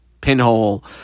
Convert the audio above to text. pinhole